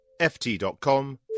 ft.com